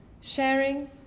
sharing